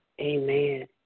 Amen